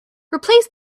replace